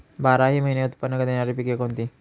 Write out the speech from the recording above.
बाराही महिने उत्त्पन्न देणारी पिके कोणती?